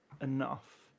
enough